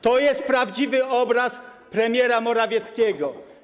To jest prawdziwy obraz premiera Morawieckiego.